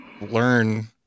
learn